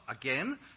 again